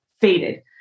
faded